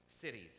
cities